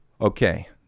okay